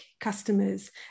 customers